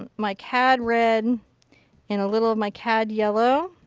um my cad red and a little of my cad yellow.